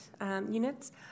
units